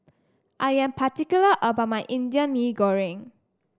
I am particular about my Indian Mee Goreng